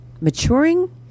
maturing